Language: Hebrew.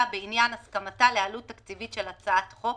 בעניין הסכמתה לעלות תקציבית של הצעת חוק